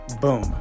boom